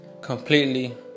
completely